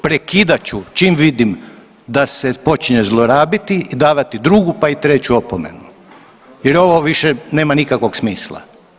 Prekidat ću čim vidim da se počinje zlorabiti i davati drugu pa i treću opomenu jer ovo više nema nikakvog smisla.